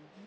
mmhmm